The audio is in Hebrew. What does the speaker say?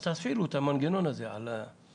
אז תפעילו את המנגנון הזה כאן.